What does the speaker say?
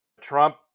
Trump